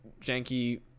janky